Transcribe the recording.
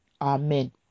Amen